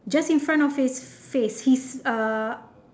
just in front of his face his uh